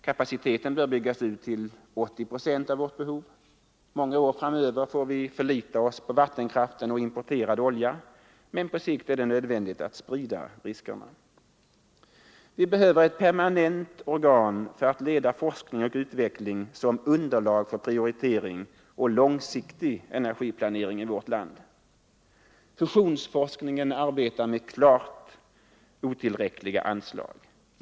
Kapaciteten bör byggas ut till 80 procent av vårt behov. Många år framöver får vi förlita oss på vattenkraften och importerad olja, men på sikt är det nödvändigt att sprida riskerna. Vi behöver ett permanent organ för att leda forskning och utveckling som underlag för prioritering och långsiktig energiplanering i vårt land. Fusionsforskningen arbetar med klart otillräckliga anslag.